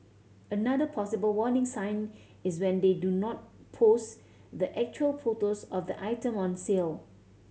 another possible warning sign is when they do not post the actual photos of the item on sale